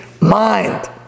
mind